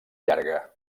llarga